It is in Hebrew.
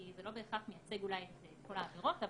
כי זה לא בהכרח מייצג את כל העבירות,